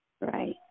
Right